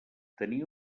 tenia